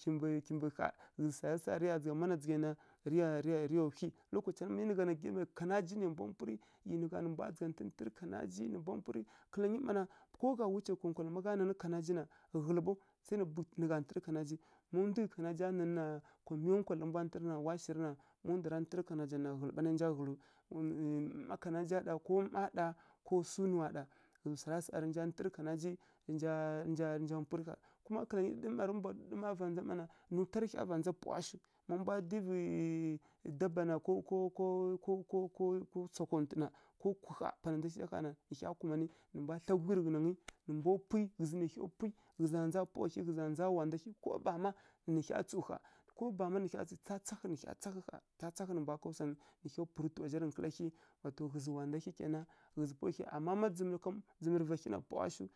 kimbǝ kimbǝ ƙha ghǝzǝ swara sa rǝ ya dzǝgha, mana dzǝgha ya na, rǝ ya, rǝ ya, rǝ ya whyi lokacangǝ mi nǝgha na kanaji nai mbwa mpurǝ, ˈyi nǝ ha, nǝ mbwa dzǝgha ntǝntǝrǝ kanaji nǝ mbwa mpumpurǝ mana ko bama tsǝw gha nkonkwalǝ ma gha nanǝ kanaji na, ghǝlǝ ɓaw sai nǝ bughǝt nǝ gha ntǝrǝ kanaji, má ndu ghǝi kanaja nanǝ na, kwa miya nkwalǝ ra mbwa ntǝrǝ na, wa shirǝ na, ma ndwara ntǝrǝ kanaja na ghǝlǝ ɓa nai nja ghǝlǝwa mmá kanaja ɗa ko mmá ɗa ko sunuwa ɗa ghǝzǝ swara sa rǝ nja ntǝrǝ kanaji inja-inja inja ntǝrǝ ƙha. Kuma ɗǝɗǝm ma rǝ mbwa ɗǝɗǝma va ndza mma na, nǝ ntwa rǝ hya va ndza pawa shiw. Má mbwa dǝvi yiii daba na ko-ko-ko-ko-ko sakwo ntuna, ko kwi ƙha pana ndza zǝ za gha na, nǝ mbwa kumanǝ, nǝ mbwa thla gudlyi rǝ ghǝnangǝ, nǝ mbwa pwi, ghǝzǝ nai hya pwi, nǝ za ndza pawa hyi, ghǝ za ndza wanda hyi ko bama, nǝ hya tsǝw ƙha, ko bama tsatsahǝi nǝ hya tsahǝ ƙha, tsatsahǝi nǝ mbwa ká swangǝ, nǝ hya purǝ tuwa zha tǝ nkǝla hyi. Ghǝzǝ wanda hyi kena, ghǝzǝ pawa hyi, ama má dzǝmǝrǝ kam dzǝmǝrǝ va hyi na pawa shiw.